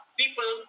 people